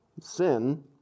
sin